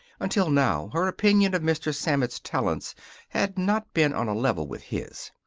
until now her opinion of mr. sammett's talents had not been on a level with his.